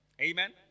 Amen